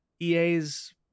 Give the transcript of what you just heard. EA's